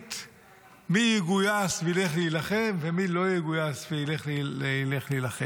להחליט מי יגויס וילך להילחם ומי לא יגויס ולא ילך להילחם?